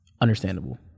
Understandable